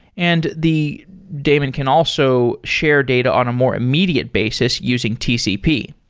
and the daemon can also share data on a more immediate basis using tcp.